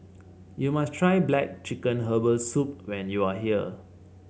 you must try black chicken Herbal Soup when you are here